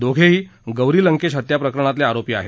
दोघेही गौरी लंकेश हत्या प्रकरणातले आरोपी आहेत